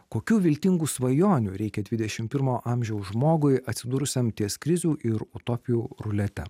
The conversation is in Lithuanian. kokių viltingų svajonių reikia dvidešimt pirmo amžiaus žmogui atsidūrusiam ties krizių ir utopijų rulete